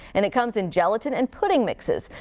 and it comes in gelatin and pudding mixes.